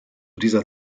dieser